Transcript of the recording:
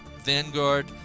Vanguard